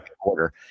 quarter